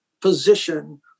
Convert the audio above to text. position